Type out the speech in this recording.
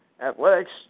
Athletics